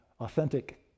authentic